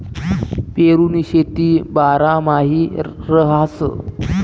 पेरुनी शेती बारमाही रहास